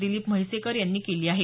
दिलीप म्हैसेकर यांनी केली आहे